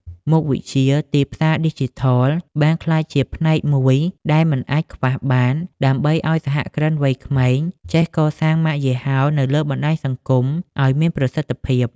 មុខវិជ្ជា "ទីផ្សារឌីជីថល" បានក្លាយជាផ្នែកមួយដែលមិនអាចខ្វះបាន ដើម្បីឱ្យសហគ្រិនវ័យក្មេងចេះកសាងម៉ាកយីហោនៅលើបណ្ដាញសង្គមឱ្យមានប្រសិទ្ធភាព។